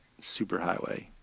superhighway